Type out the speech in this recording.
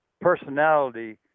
personality